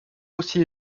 aussi